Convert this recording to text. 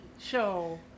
show